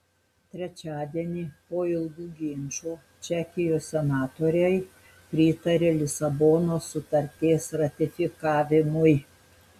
trečiadienį po ilgų ginčų čekijos senatoriai pritarė lisabonos sutarties ratifikavimui